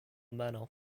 manner